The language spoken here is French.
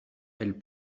elles